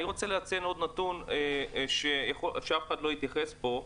אני רוצה לציין עוד נתון שאף אחד לא התייחס אליו פה: